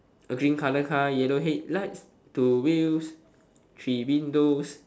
a green colour car yellow headlights two wheels three windows